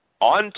on